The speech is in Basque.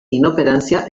inoperanzia